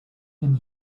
and